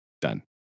Done